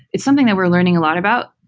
it's something that we're learning a lot about.